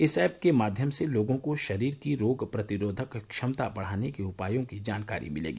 इस ऐप के माध्यम से लोगों को शरीर की रोग प्रतिरोधक क्षमता बढ़ाने के उपायों की जानकारी मिलेगी